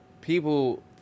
people